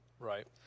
Right